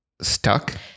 stuck